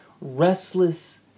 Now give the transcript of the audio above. restless